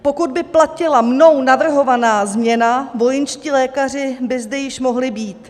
Pokud by platila mnou navrhovaná změna, vojenští lékaři by zde již mohli být.